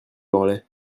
morlaix